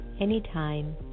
anytime